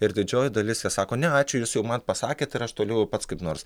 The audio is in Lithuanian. ir didžioji dalis jie sako ne ačiū jūs jau man pasakėt ir aš jau pats kaip nors